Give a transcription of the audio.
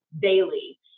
daily